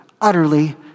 utterly